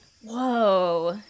Whoa